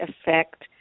affect